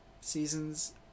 seasons